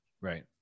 right